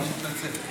אני מתנצל.